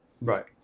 Right